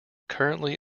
currently